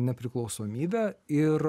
nepriklausomybę ir